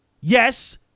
yes